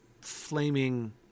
flaming